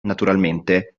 naturalmente